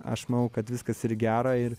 aš manau kad viskas ir į gera ir